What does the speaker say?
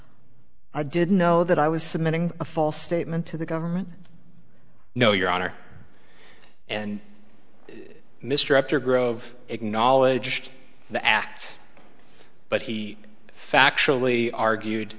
didn't know that i was submitting a false statement to the government no your honor and mr after grove acknowledged the act but he factually argued